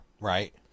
Right